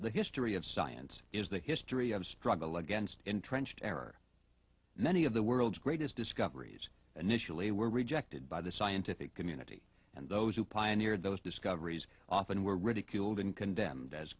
the history of science is the history of struggle against entrenched error many of the world's greatest discoveries initially were rejected by the scientific community and those who pioneered those discoveries often were ridiculed and condemn